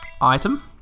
Item